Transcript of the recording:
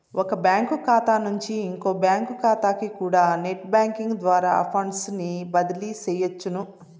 ఒక బ్యాంకు కాతా నుంచి ఇంకో బ్యాంకు కాతాకికూడా నెట్ బ్యేంకింగ్ ద్వారా ఫండ్సుని బదిలీ సెయ్యొచ్చును